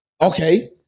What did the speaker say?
Okay